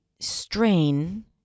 strain